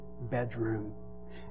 bedroom